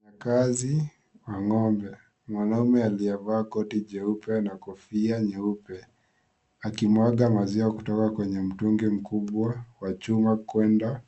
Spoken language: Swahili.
Mfanyakazi wa ng'ombe, mwanamume aliyevaa koti jeupe na kofia nyeupe, akimwaga maziwa kutoka kwenye mtungi mkubwa kuenda